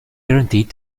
guaranteed